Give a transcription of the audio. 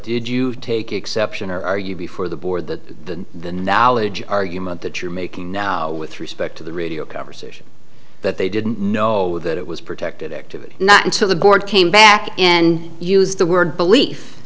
did you take exception or are you before the board the the knowledge argument that you're making now with respect to the radio conversation that they didn't know that it was protected activity not until the board came back and used the word belief